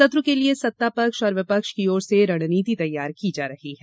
सत्र के लिये सत्ता पक्ष और विपक्ष की ओर से रणनीति तैयार की जा रही है